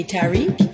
Tariq